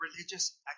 religious